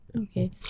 Okay